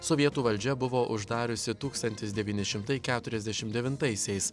sovietų valdžia buvo uždariusi tūkstantis devyni šimtai keturiasdešimt devintaisiais